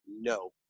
no